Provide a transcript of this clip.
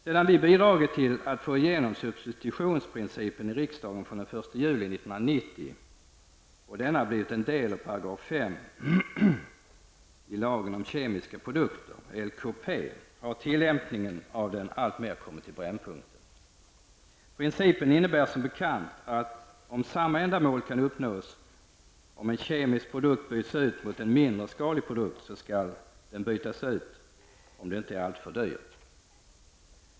Sedan vi i riksdagen bidrog till att få igenom substitutionsprincipen fr.o.m. 1 juli 1990 och den blev en del av 5 § i lagen om kemiska produkter, LKP, har tillämpningen av principen alltmer kommit i brännpunkten. Substitutionsprincipen innebär som bekant att om samma ändamål kan uppnås om en kemisk produkt byts ut mot en mindre skadlig produkt, skall den bytas ut om det inte är alltför dyrt.